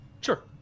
Sure